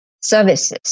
services